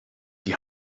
die